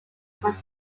from